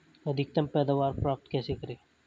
अधिकतम पैदावार प्राप्त कैसे करें?